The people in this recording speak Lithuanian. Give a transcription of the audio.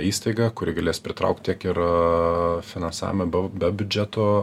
įstaiga kuri galės pritraukt tiek ir finansavimą be biudžeto